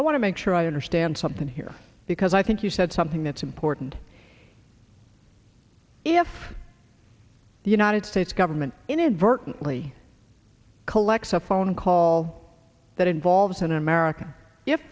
i want to make sure i understand something here because i think you said something that's important if the united states government inadvertently collects a phone call that involves an america